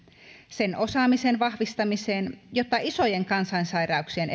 sen osaamisen vahvistamiseen jota isojen kansansairauksien